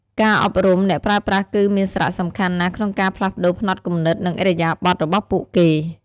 ការអប់រំអ្នកប្រើប្រាស់គឺមានសារៈសំខាន់ណាស់ក្នុងការផ្លាស់ប្តូរផ្នត់គំនិត និងឥរិយាបទរបស់ពួកគេ។